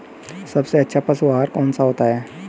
सबसे अच्छा पशु आहार कौन सा होता है?